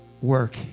work